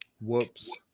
Whoops